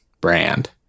brand